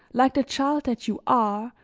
like the child that you are,